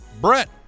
Brett